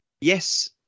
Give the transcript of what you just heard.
yes